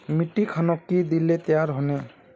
मिट्टी खानोक की दिले तैयार होने?